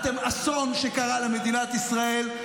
אתם אסון שקרה למדינת ישראל.